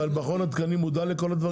אבל מכון התקנים מודע לכל הדברים האלה?